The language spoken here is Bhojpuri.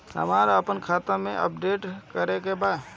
हमरा आपन खाता अपडेट करे के बा